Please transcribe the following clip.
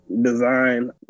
design